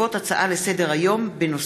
השלמת סכום קצבת אזרח ותיק לנכה),